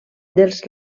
dels